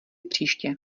příště